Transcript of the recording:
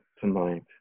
tonight